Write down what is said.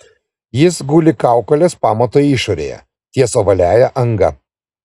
jis guli kaukolės pamato išorėje ties ovaliąja anga